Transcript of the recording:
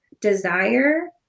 desire